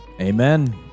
Amen